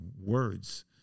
words